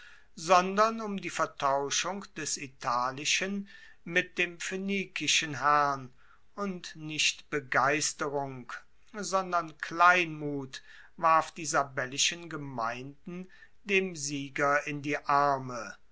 sondern um die vertauschung des italischen mit dem phoenikischen herrn und nicht begeisterung sondern kleinmut warf die sabellischen gemeinden dem sieger in die arme